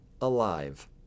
alive